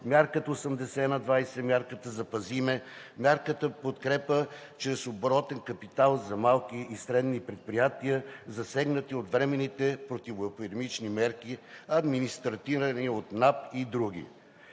мярката 80/20; мярката „Запази ме“; мярката „Подкрепа чрез оборотен капитал“ за малки и средни предприятия, засегнати от временните противоепидемични мерки, администрирани от НАП и други.